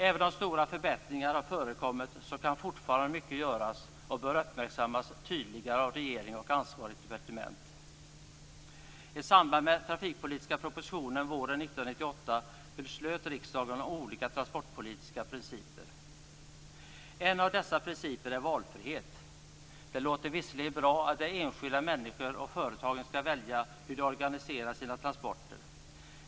Även om stora förbättringar har förekommit kan fortfarande mycket göras, och detta bör uppmärksammas tydligare av regering och ansvarigt departement. En av dessa principer är valfrihet. Det låter visserligen bra att det är de enskilda människorna och företagen som skall välja hur de organiserar sina transporter.